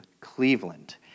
Cleveland